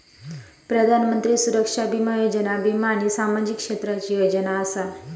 प्रधानमंत्री सुरक्षा बीमा योजना वीमा आणि सामाजिक क्षेत्राची योजना असा